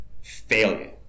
failure